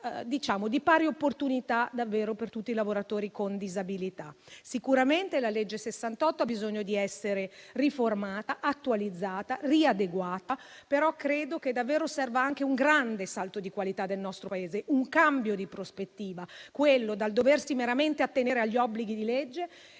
davvero di pari opportunità per tutti i lavoratori con disabilità. Sicuramente la legge n. 68 ha bisogno di essere riformata, attualizzata, riadeguata, ma credo che serva davvero anche un grande salto di qualità del nostro Paese, un cambio di prospettiva: da quello di doversi attenere ai meri obblighi di legge